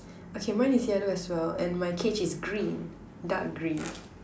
okay mine is yellow as well and my cage is green dark green